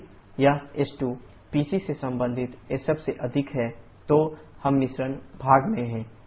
यदि यह s2 PC से संबंधित sf से अधिक है तो हम मिश्रण भाग में हैं